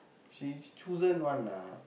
she she chosen one lah